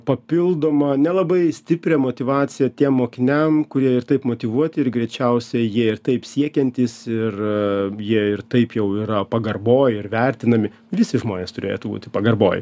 papildomą nelabai stiprią motyvaciją tiem mokiniam kurie ir taip motyvuoti ir greičiausiai jie ir taip siekiantys ir jie ir taip jau yra pagarboj ir vertinami visi žmonės turėtų būti pagarboj